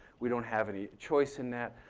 we don't have any choice in that.